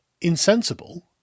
insensible